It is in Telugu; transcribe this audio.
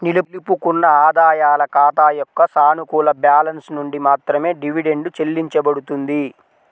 నిలుపుకున్న ఆదాయాల ఖాతా యొక్క సానుకూల బ్యాలెన్స్ నుండి మాత్రమే డివిడెండ్ చెల్లించబడుతుంది